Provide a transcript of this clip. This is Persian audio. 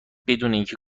اینکه